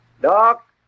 Doc